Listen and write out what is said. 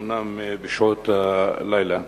אומנם בשעות הלילה.